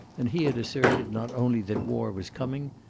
and he had asserted not only that war was coming,